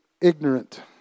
ignorant